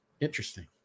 Interesting